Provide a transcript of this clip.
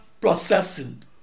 processing